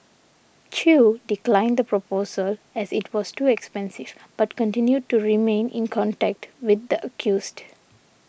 Chew declined the proposal as it was too expensive but continued to remain in contact with the accused